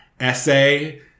essay